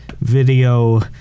video